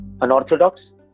unorthodox